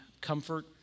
comfort